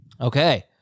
Okay